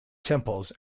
temples